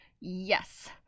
Yes